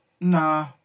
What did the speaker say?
Nah